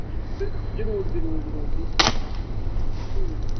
जरुर जरुर जरुर जी ठीक